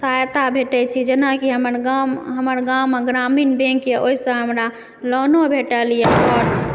सहायता भेटै छै जेना कि हमर गाम हमर गाममे ग्रामीण बैङ्क अइ ओहिसँ हमरा लोनो भेटल यऽ